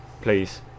Please